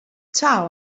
ciao